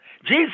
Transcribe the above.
Jesus